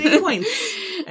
points